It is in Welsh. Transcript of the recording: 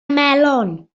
melon